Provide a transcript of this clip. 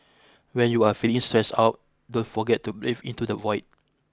when you are feeling stressed out don't forget to breathe into the void